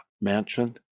mansion